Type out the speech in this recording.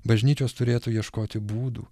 bažnyčios turėtų ieškoti būdų